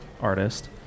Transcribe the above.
artist